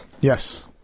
yes